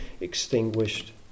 extinguished